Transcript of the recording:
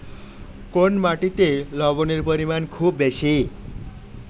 কোন মাটিতে লবণের পরিমাণ খুব বেশি?